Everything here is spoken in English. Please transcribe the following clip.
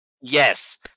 yes